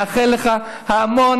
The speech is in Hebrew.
מאחל לך המון,